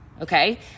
Okay